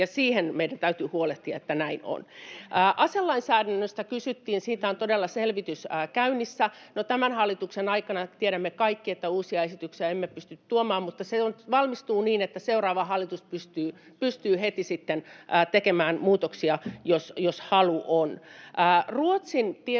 Siitä meidän täytyy huolehtia, että näin on. Aselainsäädännöstä kysyttiin. Siitä on todella selvitys käynnissä. Tiedämme kaikki, että tämän hallituksen aikana uusia esityksiä emme pysty tuomaan, mutta se valmistuu niin, että seuraava hallitus pystyy sitten heti tekemään muutoksia, jos halu on.